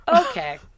okay